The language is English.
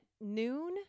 noon